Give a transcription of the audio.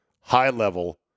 high-level